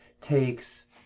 takes